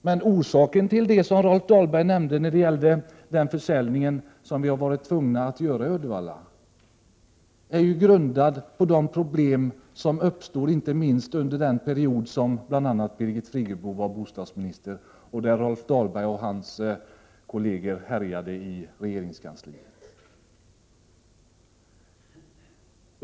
Men orsaken till den försäljning som man i Uddevalla var tvungen att göra, och som Rolf Dahlberg nämnde, var de problem som uppstod inte minst under den period då Birgit Friggebo var bostadsminister och då Rolf Dahlberg och hans kolleger härjade i regeringskansliet.